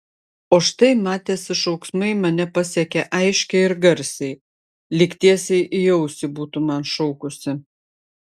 o štai matėsi šauksmai mane pasiekė aiškiai ir garsiai lyg tiesiai į ausį būtų man šaukusi